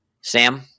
Sam